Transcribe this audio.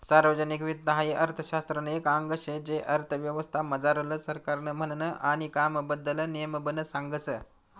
सार्वजनिक वित्त हाई अर्थशास्त्रनं एक आंग शे जे अर्थव्यवस्था मझारलं सरकारनं म्हननं आणि कामबद्दल नेमबन सांगस